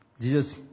Jesus